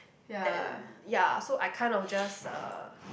and ya so I kind of just uh